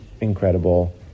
incredible